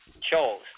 chose